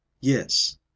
Yes